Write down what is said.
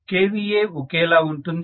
kVA ఒకేలా ఉంటుంది